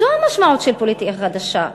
זו המשמעות של פוליטיקה חדשה.